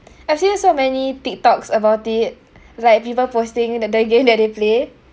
I've seen so many tik toks about it like people posting the the game that they play